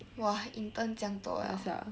!wah! intern 这样多的 ah